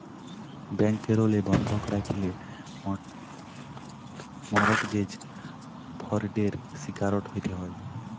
ব্যাংকেরলে বন্ধক রাখল্যে মরটগেজ ফরডের শিকারট হ্যতে হ্যয়